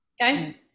okay